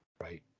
Right